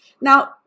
Now